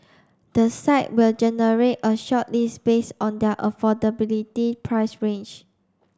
the site will generate a shortlist based on their affordability price range